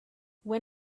when